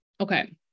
Okay